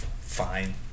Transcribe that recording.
Fine